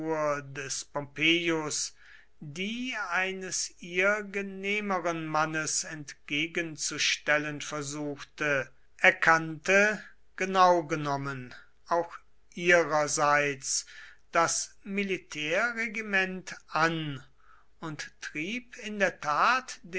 die eines ihr genehmeren mannes entgegenzustellen versuchte erkannte genau genommen auch ihrerseits das militärregiment an und trieb in der tat